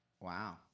Wow